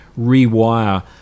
rewire